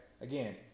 Again